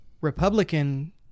Republican